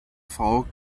frau